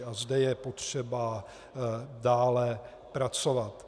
A zde je potřeba dále pracovat.